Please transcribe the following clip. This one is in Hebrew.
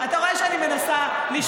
אתה רואה שאני מנסה לשמור על כבודם של כולם.